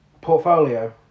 portfolio